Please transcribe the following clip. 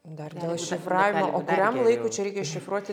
dar dėl šifravimo o kuriam laikui čia reikia iššifruoti